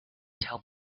tell